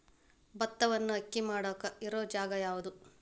ಭತ್ತವನ್ನು ಅಕ್ಕಿ ಮಾಡಾಕ ಇರು ಜಾಗ ಯಾವುದು?